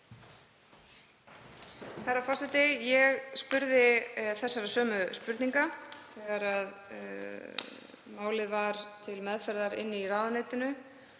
Herra forseti. Ég spurði þessara sömu spurninga þegar málið var til meðferðar í ráðuneytinu.